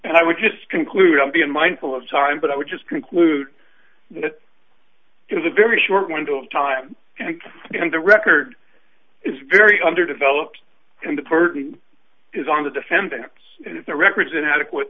and i would just conclude i'm being mindful of time but i would just conclude that it is a very short window of time and the record is very underdeveloped and important is on the defendants and if the records inadequate